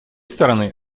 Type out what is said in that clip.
стороны